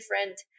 different